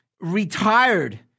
retired